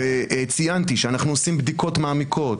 ציינתי שאנחנו עושים בדיקות מעמיקות,